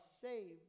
saved